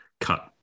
cut